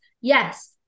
yes